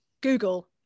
google